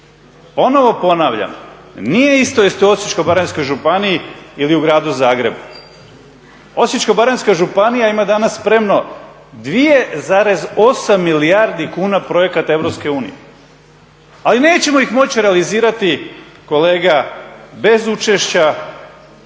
Ponovo ponavljam, nije isto jeste u Osječko-baranjskoj županiji ili u Gradu Zagrebu. Osječko-baranjska županija ima danas spremno 2,8 milijardi kuna projekata Europske unije, ali nećemo ih moći realizirati kolega bez učešća